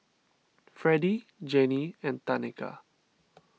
Fredie Janey and Tanika